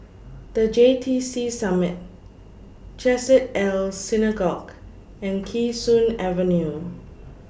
The J T C Summit Chesed El Synagogue and Kee Sun Avenue